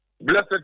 Blessed